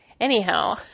Anyhow